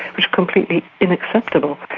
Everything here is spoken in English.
was completely unacceptable.